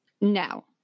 No